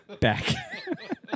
back